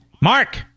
Mark